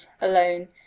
alone